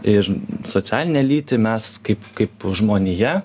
ir socialinę lytį mes kaip kaip žmonija